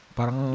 Parang